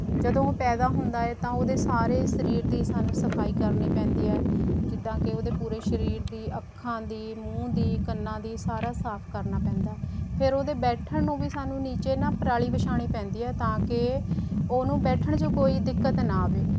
ਜਦੋਂ ਉਹ ਪੈਦਾ ਹੁੰਦਾ ਹੈ ਤਾਂ ਉਹਦੇ ਸਾਰੇ ਸਰੀਰ ਦੀ ਸਾਨੂੰ ਸਫਾਈ ਕਰਨੀ ਪੈਂਦੀ ਹੈ ਜਿੱਦਾਂ ਕਿ ਉਹਦੇ ਪੂਰੇ ਸਰੀਰ ਦੀ ਅੱਖਾਂ ਦੀ ਮੂੰਹ ਦੀ ਕੰਨਾ ਦੀ ਸਾਰਾ ਸਾਫ ਕਰਨਾ ਪੈਂਦਾ ਫਿਰ ਉਹਦੇ ਬੈਠਣ ਨੂੰ ਵੀ ਸਾਨੂੰ ਨਾ ਨੀਚੇ ਨਾ ਪਰਾਲੀ ਵਿਛਾਉਣੀ ਪੈਂਦੀ ਹੈ ਤਾਂ ਕਿ ਉਹਨੂੰ ਬੈਠਣ 'ਚ ਕੋਈ ਦਿੱਤਕ ਨਾ ਆਵੇ